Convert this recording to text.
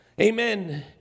Amen